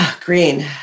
Green